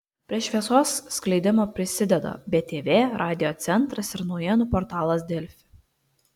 prie šviesos skleidimo prisideda btv radiocentras ir naujienų portalas delfi